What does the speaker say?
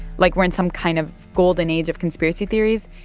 like we're in some kind of golden age of conspiracy theories,